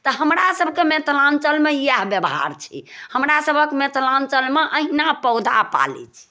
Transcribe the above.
तऽ हमरासभके मिथिलाञ्चलमे इएह व्यवहार छै हमरासभक मिथिलाञ्चलमे अहिना पौधा पालै छै